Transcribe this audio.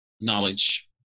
knowledge